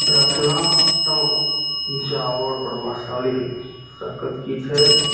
रचनात्मक जाउ आओर प्रभावशाली सकत कि छै